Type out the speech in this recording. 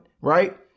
right